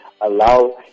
allow